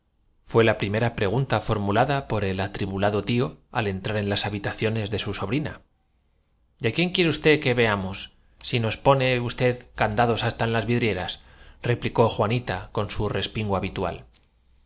fué la primera pregunta formulada por el atribulado tío al entrar en las habitaciones y como en aquel momento llegasen á la fonda don y á quién quiere usted que veams si ns pone usted candados hasta en las vidrieras replicó juani bríase el ajo suprimíanse los camareros sirviéndose ta con su respingo habitual